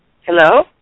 Hello